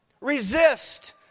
Resist